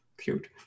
cute